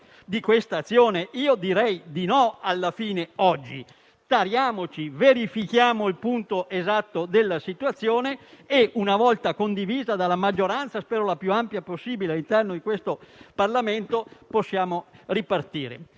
reale. Io direi di no alla fine oggi. Tariamoci; verifichiamo il punto esatto della situazione e, una volta condivisa - spero - dalla maggioranza più ampia possibile all'interno del Parlamento, possiamo ripartire.